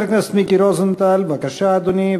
חבר הכנסת מיקי רוזנטל, בבקשה, אדוני.